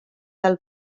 del